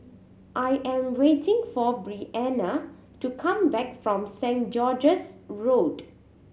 I am waiting for Breanna to come back from Saint George's Road